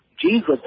Jesus